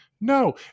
No